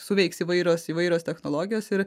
suveiks įvairios įvairios technologijos ir